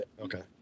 Okay